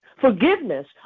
Forgiveness